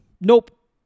Nope